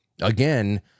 again